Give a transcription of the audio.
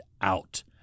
out